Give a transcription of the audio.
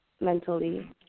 mentally